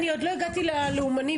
אני לא הגעתי בכלל ללאומני.